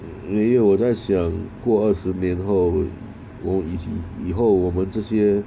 没有我在想过二十年后我以以后我们这些